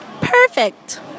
Perfect